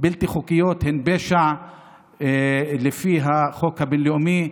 בלתי חוקיות, והן פשע לפי החוק הבין-לאומי.